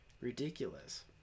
ridiculous